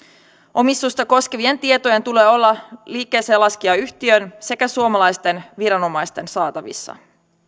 omistusta koskevien tietojen tulee olla liikkeeseenlaskijayhtiön sekä suomalaisten viranomaisten saatavissa